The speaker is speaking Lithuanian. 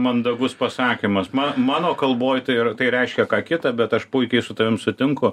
mandagus pasakymas man mano kalboj tai yra tai reiškia ką kita bet aš puikiai su tavimi sutinku